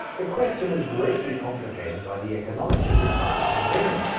the question is greatly complicated by the economic disadvantage of women,